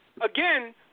again